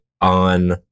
on